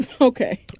Okay